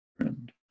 friend